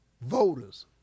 voters